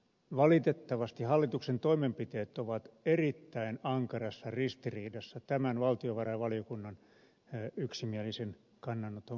valitettavasti hallituksen toimenpiteet ovat erittäin ankarassa ristiriidassa tämän valtiovarainvaliokunnan yksimielisen kannanoton kanssa